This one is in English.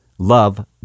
Love